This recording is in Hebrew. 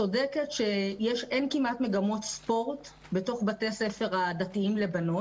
צודקת שאין כמעט מגמות ספורט בתוך בתי הספר הדתיים לבנות.